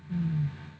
hmm